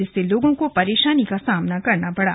जिससे लोगों को परेशानी का सामना करना पड़ा